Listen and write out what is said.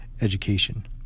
education